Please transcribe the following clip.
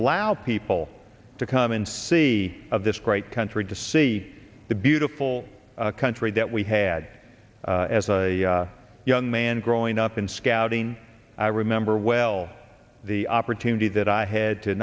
allow people to come and see of this great country to see the beautiful country that we had as a young man growing up in scouting i remember well the opportunity that i had to